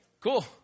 cool